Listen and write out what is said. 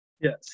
Yes